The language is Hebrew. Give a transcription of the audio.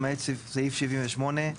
למעט סעיף 78,